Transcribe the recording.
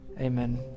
Amen